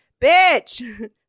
bitch